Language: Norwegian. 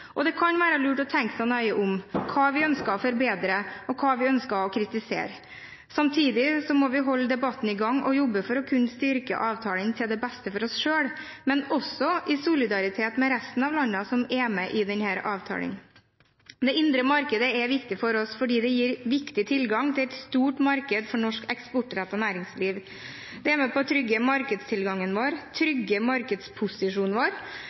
Det kan være lurt å tenke seg nøye om når det gjelder hva vi ønsker å forbedre, og hva vi ønsker å kritisere. Samtidig må vi holde debatten i gang og jobbe for å kunne styrke avtalen til det beste for oss selv, men også i solidaritet med resten av landene som er med i avtalen. Det indre marked er viktig for oss fordi det gir viktig tilgang til et stort marked for norsk eksportrettet næringsliv. Det er med på å trygge markedstilgangen vår, trygge markedsposisjonen vår